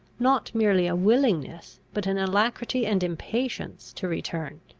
not merely a willingness, but an alacrity and impatience, to return.